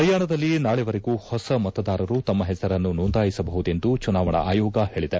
ಪರಿಯಾಣದಲ್ಲಿ ನಾಳೆವರೆಗೂ ಹೊಸ ಮತದಾರರು ತಮ್ಮ ಪೆಸರನ್ನು ನೊಂದಾಯಿಸಬಹುದೆಂದು ಚುನಾವಣಾ ಅಯೋಗ ಹೇಳಿದೆ